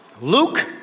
Luke